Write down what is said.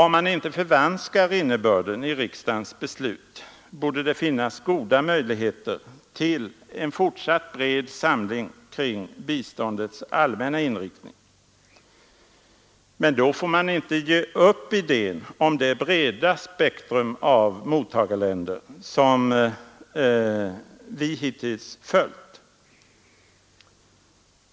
Om man inte förvanskar innebörden i riksdagens beslut borde det finnas goda möjligheter till en fortsatt bred samling kring biståndets allmänna inriktning. Men då får man inte ge upp idén om det breda spektrum av mottagarländer som vi hittills följt.